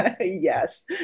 Yes